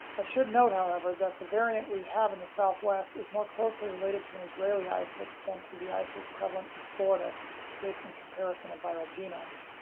i should note, however, that the variant we have in the southwest is more closely related to an israeli isolate than to the isolates prevalent in florida based on comparison of viral genomes.